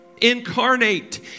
incarnate